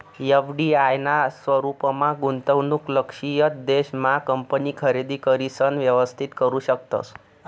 FDI ना स्वरूपमा गुंतवणूक लक्षयित देश मा कंपनी खरेदी करिसन व्यवस्थित करू शकतस